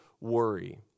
worry